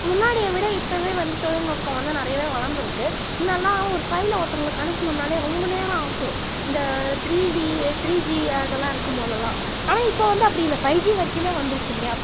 முன்னாடிய விட இப்போவே வந்து தொழில்நுட்பம் வந்து நிறையவே வளர்ந்துருக்கு முன்னாடிலாம் ஒரு ஃபைலை ஒருத்தங்களுக்கு அனுப்புணும்னாலே ரொம்ப நேரம் ஆகும் இந்த த்ரீ டீ த்ரீ ஜி அதெல்லாம் இருக்கும் போதெல்லாம் ஆனால் இப்போ வந்து அப்படி இல்லை ஃபை ஜி வரைக்குமே வந்துருச்சு இல்லையா